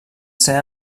ser